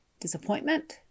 disappointment